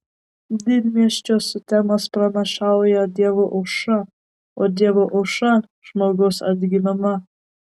didmiesčio sutemos pranašauja dievų aušrą o dievų aušra žmogaus atgimimą